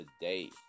today